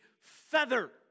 feather